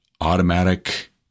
automatic